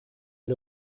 wir